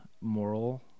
moral